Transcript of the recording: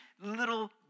little